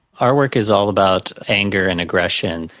our work is all about anger and aggression,